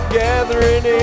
gathering